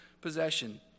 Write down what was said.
possession